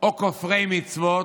או כופרי מצוות,